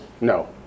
No